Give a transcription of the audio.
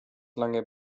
lange